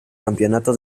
campeonato